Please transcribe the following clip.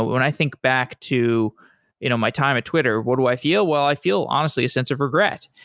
when i think back to it on my time at twitter, what do i feel? well, i feel honestly a sense of regret,